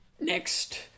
Next